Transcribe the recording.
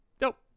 Nope